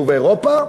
להודו ולאירופה,